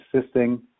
assisting